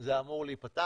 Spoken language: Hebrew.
זה אמור להיפתח,